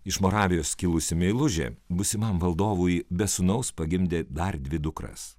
iš moravijos kilusi meilužė būsimam valdovui be sūnaus pagimdė dar dvi dukras